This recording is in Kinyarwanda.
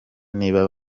niba